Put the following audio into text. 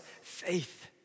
faith